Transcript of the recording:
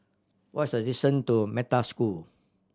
what is the distant to Metta School